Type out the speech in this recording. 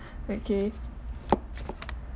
okay